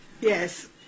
yes